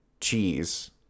cheese